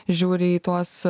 žiūri į tuos